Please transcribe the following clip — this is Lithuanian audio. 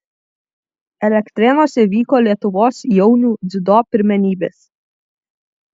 elektrėnuose vyko lietuvos jaunių dziudo pirmenybės